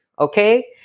okay